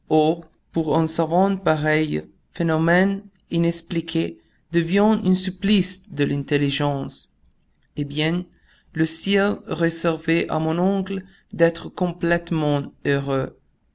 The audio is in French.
pour un savant pareil phénomène inexpliqué devient un supplice de l'intelligence eh bien le ciel réservait à mon oncle d'être complètement heureux